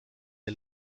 der